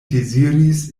deziris